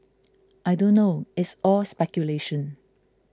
I don't know it's all speculation